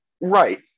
Right